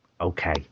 Okay